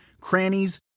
crannies